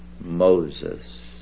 Moses